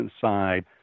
side